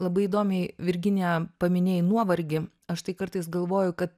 labai įdomiai virginija paminėjai nuovargį aš tai kartais galvoju kad